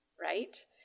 right